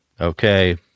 Okay